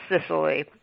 Sicily